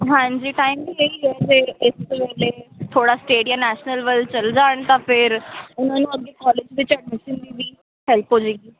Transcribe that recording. ਹਾਂਜੀ ਟਾਈਮ ਇਹ ਹੀ ਹੈ ਜੇ ਇਸ ਕ ਵੇਲੇ ਸਟੇਟ ਜਾਂ ਨੈਸ਼ਨਲ ਵੱਲ ਚੱਲੇ ਜਾਣ ਤਾਂ ਫਿਰ ਉਨ੍ਹਾਂ ਨੂੰ ਅੱਗੇ ਕੋਲਜ ਵਿੱਚ ਅਡਮੀਸ਼ਨ ਲਈ ਵੀ ਹੈਲਪ ਹੋ ਜਾਏਗੀ